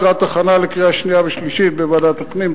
לקראת הכנה לקריאה שנייה ושלישית בוועדת הפנים.